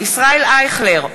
ישראל אייכלר,